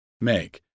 make